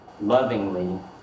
lovingly